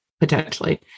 potentially